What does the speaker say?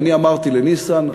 אני אמרתי לניסן,